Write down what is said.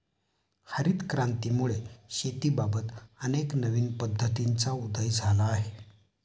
हरित क्रांतीमुळे शेतीबाबत अनेक नवीन पद्धतींचा उदय झाला आहे